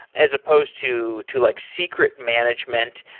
as supposed to to like secret management.